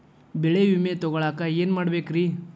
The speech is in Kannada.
ಬೆಳೆ ವಿಮೆ ತಗೊಳಾಕ ಏನ್ ಮಾಡಬೇಕ್ರೇ?